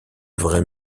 vraies